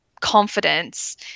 confidence